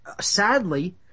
sadly